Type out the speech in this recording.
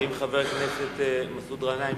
האם חבר הכנסת מסעוד גנאים